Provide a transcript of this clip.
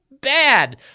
bad